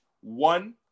one